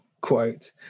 quote